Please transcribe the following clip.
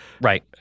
Right